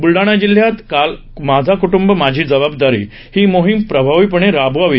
बुलडाणा जिल्ह्यात माझे कुटुंब माझी जबाबदारी ही मोहीम प्रभावीपणे राबवावी